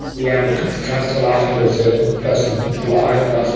the younger constable asked me was the person alive and i said,